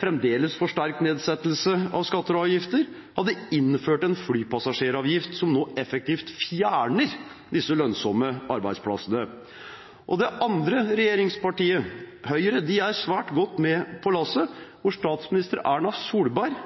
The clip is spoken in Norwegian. fremdeles for «sterk nedsettelse» av skatter og avgifter, hadde innført en flypassasjeravgift som nå effektivt fjerner disse lønnsomme arbeidsplassene. Og det andre regjeringspartiet, Høyre, er svært godt med på lasset. Statsminister Erna Solberg